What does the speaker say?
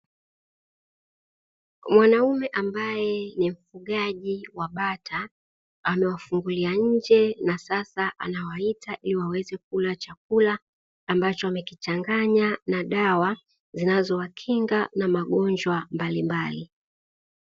Mwanaume ambaye ni mfugaji wa bata amewafungulia nje na sasa anawaita ili waweze kula chakula ambacho amekichanganya na dawa zinazowakinga na magonjwa mbalimbali.